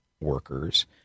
workers